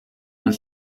und